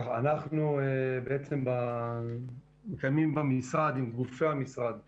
אנחנו מקיימים עם גופי המשרד דיונים,